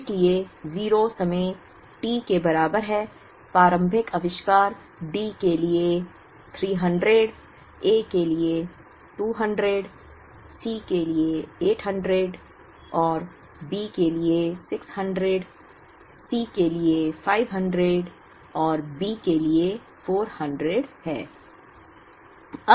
इसलिए 0 समय t के बराबर है प्रारंभिक आविष्कार D के लिए 300 A के लिए 200 C के लिए 800 और B के लिए 600 C के लिए 500 और B के लिए 400 हैं